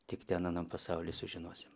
tik ten anam pasauly sužinosim